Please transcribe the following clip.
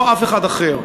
לא אף אחד אחר.